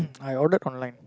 I ordered online